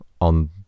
on